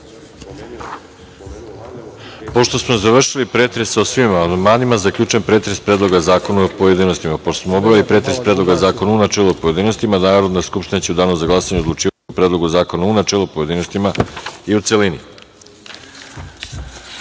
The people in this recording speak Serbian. Pošto smo završili pretres o svim amandmanima, zaključujem pretres Predloga zakona u pojedinostima. Pošto smo obavili pretres Predloga zakona u načelu i u pojedinostima, Narodna skupština će u danu za glasanje odlučivati o Predlogu zakona u načelu, pojedinostima i u celini. Primili